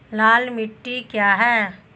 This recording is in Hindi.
लाल मिट्टी क्या है?